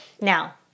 Now